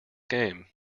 game